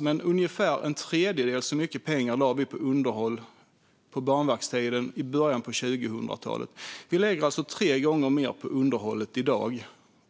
lade vi ungefär en tredjedel mer pengar på underhåll på Banverkets tid i början av 2000-talet. I dag lägger vi tre gånger mer på underhåll.